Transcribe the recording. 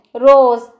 rose